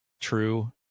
true